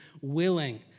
willing